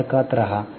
संपर्कात रहा